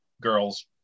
girls